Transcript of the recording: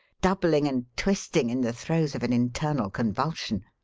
doubling and twisting in the throes of an internal convulsion.